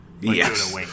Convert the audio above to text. Yes